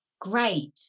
Great